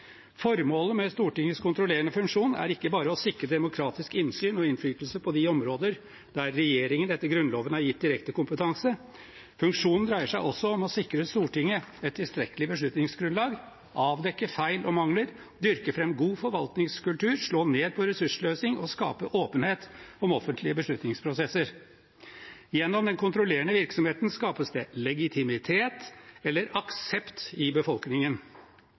Formålet med Stortingets kontrollerende funksjon er ikke bare å sikre demokratisk innsyn og innflytelse på de områder der regjeringen etter Grunnloven er gitt direkte kompetanse; funksjonen dreier seg også om å sikre Stortinget et tilstrekkelig beslutningsgrunnlag, avdekke feil og mangler, dyrke fram god forvaltningskultur, slå ned på ressurssløsing og skape åpenhet om offentlige beslutningsprosesser. Gjennom den kontrollerende virksomheten skapes det legitimitet, eller aksept, i befolkningen.